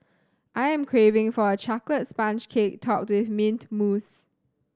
I am craving for a chocolate sponge cake topped with mint mousse